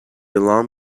alarm